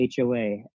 HOA